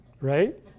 right